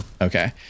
okay